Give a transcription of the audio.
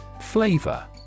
Flavor